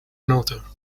another